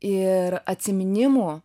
ir atsiminimų